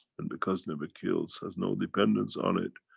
and because never kills has no dependence on it.